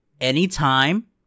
anytime